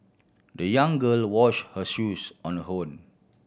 the young girl washed her shoes on her own